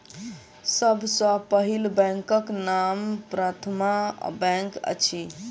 सभ सॅ पहिल बैंकक नाम प्रथमा बैंक अछि